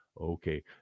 Okay